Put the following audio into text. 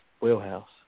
wheelhouse